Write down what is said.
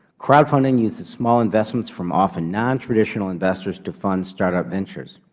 crowdfunding uses small investments from often nontraditional investors to fund startup ventures.